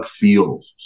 feels